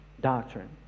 doctrine